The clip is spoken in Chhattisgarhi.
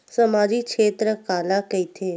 सामजिक क्षेत्र काला कइथे?